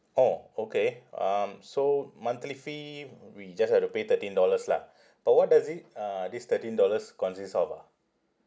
orh okay um so monthly fee mm we just have to pay thirteen dollars lah but what does it uh this thirteen dollars consist of ah